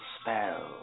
spell